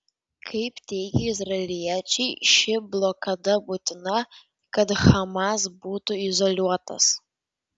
kaip teigia izraeliečiai ši blokada būtina kad hamas būtų izoliuotas